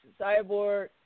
Cyborg